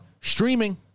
streaming